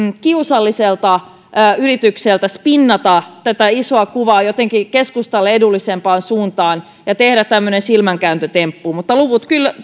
kiusalliselta yritykseltä spinnata tätä isoa kuvaa jotenkin keskustalle edullisempaan suuntaan tekemällä tämmöisen silmänkääntötempun mutta luvut